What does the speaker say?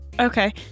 okay